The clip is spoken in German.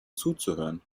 zuzuhören